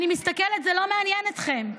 אני מסתכלת, זה לא מעניין אתכם,